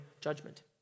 judgment